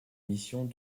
missions